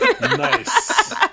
Nice